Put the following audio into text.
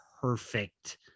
perfect